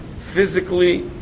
physically